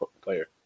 player